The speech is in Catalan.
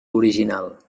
original